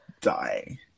die